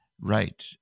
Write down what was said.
right